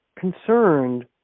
concerned